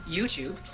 YouTube